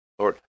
Lord